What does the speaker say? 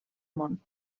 món